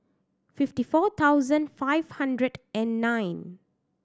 fifty four thousand five hundred and nine